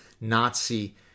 Nazi